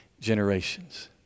generations